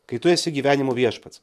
kai tu esi gyvenimo viešpats